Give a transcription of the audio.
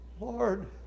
Lord